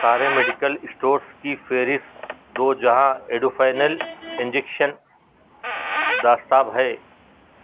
سارے medical stores کی فہرست دو جہاں ایڈوفینل انجیکشن دستیاب ہے